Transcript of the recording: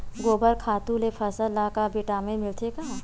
गोबर खातु ले फसल ल का विटामिन मिलथे का?